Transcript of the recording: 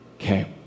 okay